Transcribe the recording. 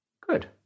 Good